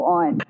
on